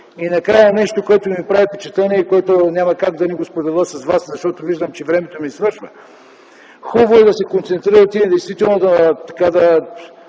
И накрая нещо, което ми прави впечатление и което няма как да не споделя с вас, защото виждам, че времето Ви свършва. Хубаво е да се концентрирате и действително да